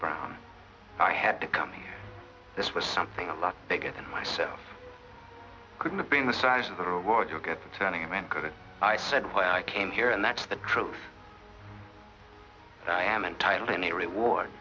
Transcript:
brown i had to come here this was something a lot bigger than myself i couldn't have been the size of the reward to look at the turning a man could i said why i came here and that's the truth i am entitled in a reward